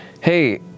Hey